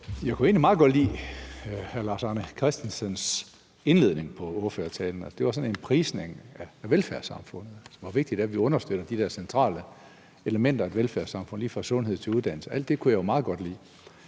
Jeg kunne egentlig meget godt lide hr. Lars Arne Christensens indledning på ordførertalen. Det var sådan en lovprisning af velfærdssamfundet og handlede om, hvor vigtigt det er, at vi understøtter de der centrale elementer i et velfærdssamfund, lige fra sundhed til uddannelse. Alt det kunne jeg jo meget godt lide.